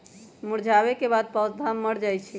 मुरझावे के बाद पौधा मर जाई छई